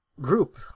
group